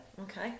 okay